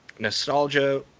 nostalgia